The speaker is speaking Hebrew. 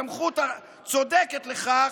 אלה שיש להם את הסמכות הצודקת לכך,